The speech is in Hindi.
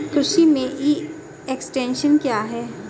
कृषि में ई एक्सटेंशन क्या है?